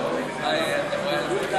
אדוני היושב-ראש,